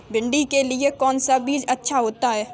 भिंडी के लिए कौन सा बीज अच्छा होता है?